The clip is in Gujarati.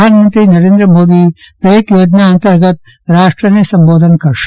પ્રધાનમંત્રી નરેન્દ્ર મોદી દરેક થોજના અંતર્ગત રાષ્ટ્રને સંબોધન કરશે